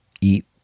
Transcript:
eat